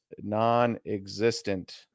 non-existent